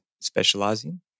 specializing